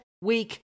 week